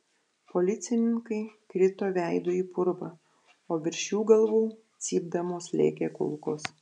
policininkai krito veidu į purvą o virš jų galvų cypdamos lėkė kulkos